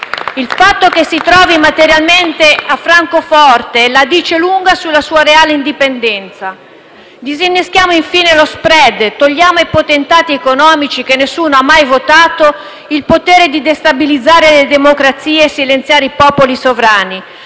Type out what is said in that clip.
Il fatto che si trovi materialmente a Francoforte la dice lunga sulla sua reale indipendenza. Disinneschiamo, infine, lo *spread*. Togliamo ai potentati economici, che nessuno ha mai votato, il potere di destabilizzare le democrazie e silenziare i popoli sovrani.